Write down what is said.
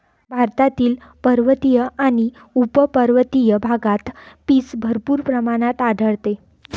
भारतातील पर्वतीय आणि उपपर्वतीय भागात पीच भरपूर प्रमाणात आढळते